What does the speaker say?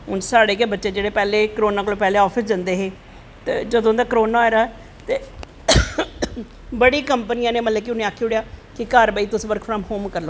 हून साढ़े गै बच्चे जेह्ड़े करोनां कोला दा पैह्लें आफिस जंदे हे ते जदूं दा करोनां आए दा ऐ ते बड़ी कंपनियां नै उनैं मतलव कि आक्खी ओड़ेआ कि घर बेहियै तुस बर्क फ्राम होम करी लो